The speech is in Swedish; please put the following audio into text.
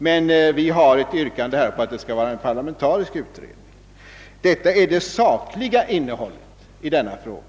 Men vi yrkar på att det skall vara en parlamentarisk utredning. Detta är det sakliga innehållet i denna fråga.